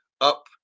up